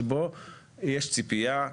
שבו יש ציפייה,